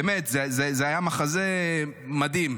באמת, זה היה מחזה מדהים.